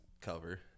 cover